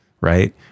right